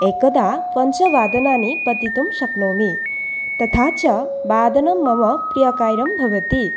एकदा पञ्चवादनानि पठितुं शक्नोमि तथा च वादनं मम प्रियकार्यं भवति